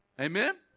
Amen